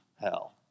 hell